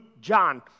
John